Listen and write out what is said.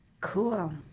Cool